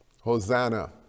Hosanna